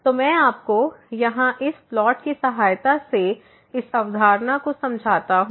तो मैं आपको यहाँ इस प्लॉट की सहायता से इस अवधारणा को समझाता हूँ